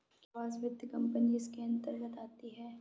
क्या आवास वित्त कंपनी इसके अन्तर्गत आती है?